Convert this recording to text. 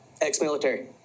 ex-military